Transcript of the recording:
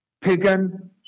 pagan